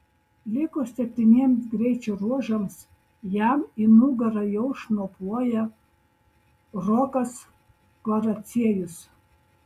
likus septyniems greičio ruožams jam į nugarą jau šnopuoja rokas kvaraciejus